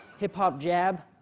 hip hop jab?